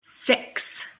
six